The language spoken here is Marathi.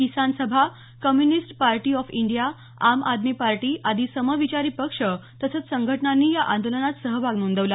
किसान सभा communist party of India Aam Aadmi party आदी समविचारी पक्ष तसंच संघटनांनी या आंदोलनात सहभाग नोंदवला